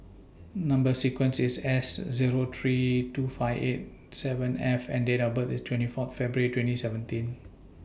Number sequence IS S Zero three two five eight seven F and Date of birth IS twenty Fourth February twenty seventeen